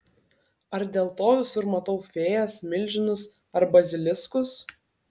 ar dėl to visur matau fėjas milžinus ar baziliskus